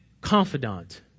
confidant